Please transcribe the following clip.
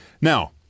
Now